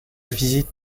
visites